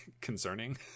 concerning